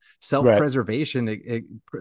Self-preservation